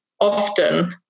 often